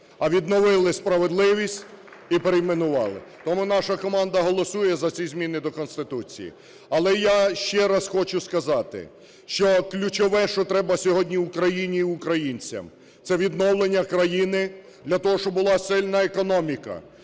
а відновили справедливість і перейменували. Тому наша команда голосує за ці зміни до Конституції. Але я ще раз хочу сказати, що ключове, що треба сьогодні Україні і українцям, - це відновлення країни для того, щоб була сильна економіка,